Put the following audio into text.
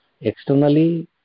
Externally